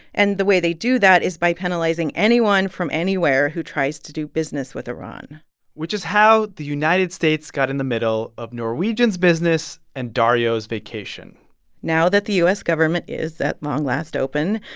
and the way they do that is by penalizing anyone from anywhere who tries to do business with iran which is how the united states got in the middle of norwegian's business and dario's vacation now that the u s. government is, at long last, open,